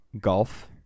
golf